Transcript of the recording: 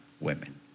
women